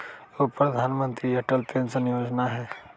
एगो प्रधानमंत्री अटल पेंसन योजना है?